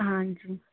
हाँ जी